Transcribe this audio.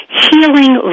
healing